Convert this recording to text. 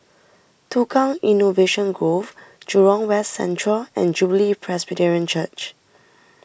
Tukang Innovation Grove Jurong West Central and Jubilee Presbyterian Church